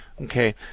okay